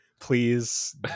Please